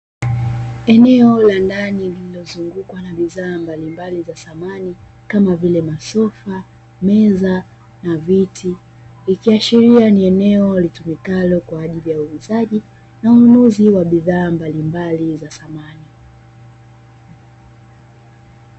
Eneo la ndani lililozungukwa na bidhaa mbalimbali za samani, kama vile masofa, meza na viti, ikiashiria ni eneo litumikalo kwa ajili ya uuzaji na ununuzi wa bidhaa mbalimbali za samani.